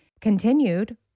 continued